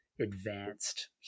advanced